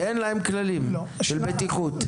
אין להן כללים של בטיחות?